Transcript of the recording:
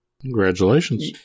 Congratulations